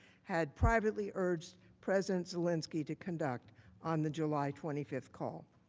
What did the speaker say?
had privately urged president zelensky to conduct on the july twenty five call.